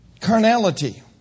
Carnality